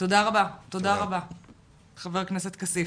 תודה רבה, חבר הכנסת כסיף.